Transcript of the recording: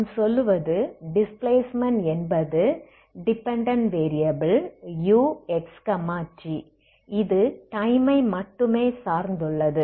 நான் சொல்லுவது டிஸ்பிளேஸ்மென்ட் என்பது டிபெண்டெண்ட் வேரியபில் uxt இது டைமை மட்டுமே சார்ந்து உள்ளது